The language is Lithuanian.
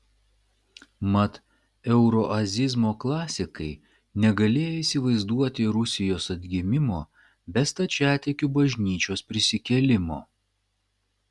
mat euroazizmo klasikai negalėjo įsivaizduoti rusijos atgimimo be stačiatikių bažnyčios prisikėlimo